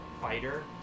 fighter